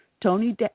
Tony